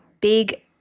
Big